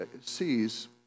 sees